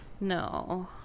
No